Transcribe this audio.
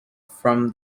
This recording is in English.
from